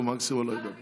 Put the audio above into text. מקסימום אני לא אדבר.